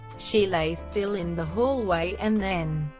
she lay still in the hallway and then,